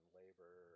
labor